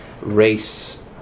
race